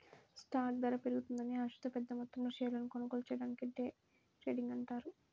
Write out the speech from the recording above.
stock ధర పెరుగుతుందనే ఆశతో పెద్దమొత్తంలో షేర్లను కొనుగోలు చెయ్యడాన్ని డే ట్రేడింగ్ అంటారు